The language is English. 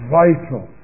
vital